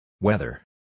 Weather